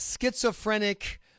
schizophrenic